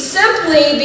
simply